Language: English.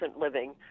living